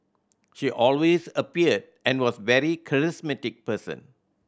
she always appeared and was a very charismatic person